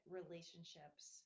relationships